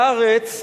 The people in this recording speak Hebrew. לארץ,